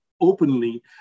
openly